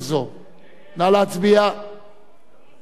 על הצעת אי-אמון